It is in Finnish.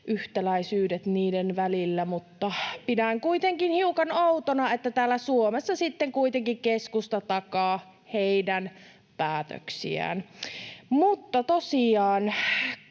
yhtäläisyydet niiden välillä, mutta pidän kuitenkin hiukan outona, että täällä Suomessa sitten kuitenkin keskusta takaa heidän päätöksiään. Tosiaan